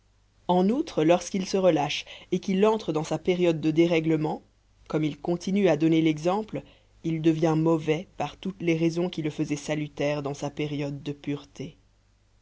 en outre lorsqu'il se relâche et qu'il entre dans sa période de dérèglement comme il continue à donner l'exemple il devient mauvais par toutes les raisons qui le faisaient salutaire dans sa période de pureté